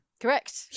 Correct